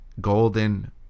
Golden